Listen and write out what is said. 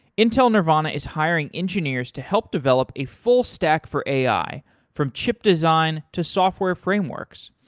intel nervana is hiring engineers to help develop a full stack for ai from chip design to software frameworks.